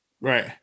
Right